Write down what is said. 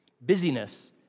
Busyness